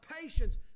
patience